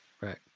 Right